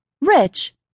rich